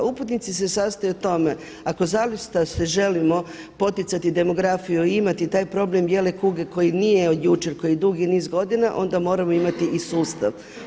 Uputnici se sastoje u tome ako zaista želimo poticati demografiju i imati taj problem „bijele kuge“ koji nije od jučer, koji je dugi niz godina, onda moramo imati sustav.